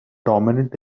dominant